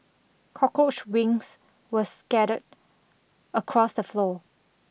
cockroach wings were scattered across the floor